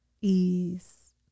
ease